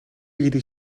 гэдэг